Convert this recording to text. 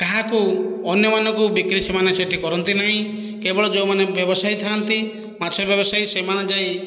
କାହାକୁ ଅନ୍ୟମାନଙ୍କୁ ବିକ୍ରି ସେମାନେ ସେଇଠି କରନ୍ତି ନାହିଁ କେବଳ ଯେଉଁମାନେ ବ୍ୟବସାୟୀ ଥାନ୍ତି ମାଛ ବ୍ୟବସାୟୀ ସେମାନେ ଯାଇ